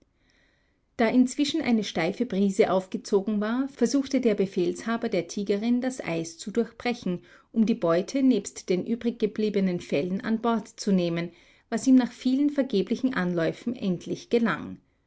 da inzwischen eine steife brise aufgezogen war versuchte der befehlshaber der tigerin das eis zu durchbrechen um die beute nebst den übriggebliebenen fellen an bord zu nehmen was ihm nach vielen vergeblichen anläufen endlich gelang